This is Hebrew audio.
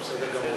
את בסדר גמור,